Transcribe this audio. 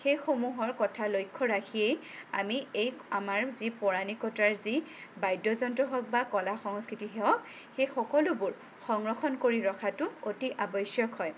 সেইসমূহৰ কথা লক্ষ্য ৰাখিয়েই আমি এক আমাৰ যি পৌৰাণিকতাৰ যি বাদ্যযন্ত্ৰ হওঁক বা কলা সংস্কৃতি হওঁক সেই সকলোবোৰ সংৰক্ষণ কৰি ৰখাটো অতি আৱশ্যক হয়